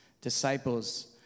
disciples